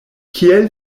kiel